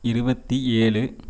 இருபத்தி ஏழு